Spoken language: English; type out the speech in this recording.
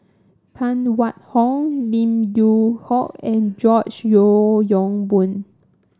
Phan Wait Hong Lim Yew Hock and George Yeo Yong Boon